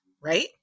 right